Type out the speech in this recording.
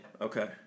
Okay